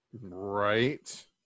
Right